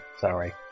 sorry